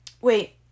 wait